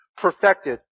Perfected